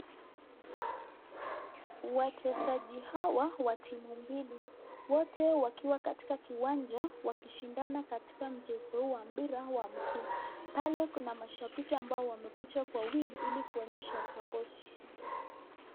Wachezaji hawa wa timu mbili wote wakiwa katika kiwanja wakishindana katika mchezo wa mpira wa miguu. Pale kuna mashabiki ambao wamekuja kwa wingi ili kuonyesha sapoti.